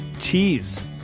cheese